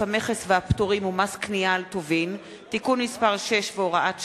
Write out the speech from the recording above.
המכס והפטורים ומס קנייה על טובין (תיקון מס' 6 והוראת שעה),